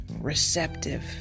receptive